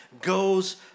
goes